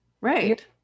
Right